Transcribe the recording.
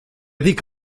dic